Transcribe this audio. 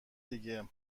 دیگه